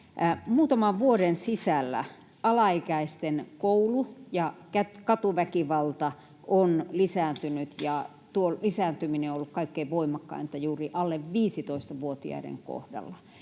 muutaman vuoden sisällä alaikäisten koulu- ja katuväkivalta on lisääntynyt, ja tuo lisääntyminen on ollut kaikkein voimakkainta juuri alle 15-vuotiaiden kohdalla.